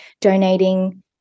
donating